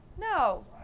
No